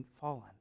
fallen